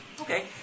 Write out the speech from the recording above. Okay